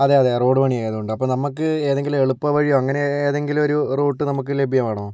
അതെ അതെ റോഡ് പണി ആയതുകൊണ്ട് അപ്പോൾ നമ്മൾക്ക് ഏതെങ്കിലും എളുപ്പവഴിയോ അങ്ങനെ ഏതെങ്കിലും ഒരു റൂട്ട് നമുക്ക് ലഭ്യമാണോ